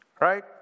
Right